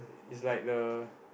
it's like the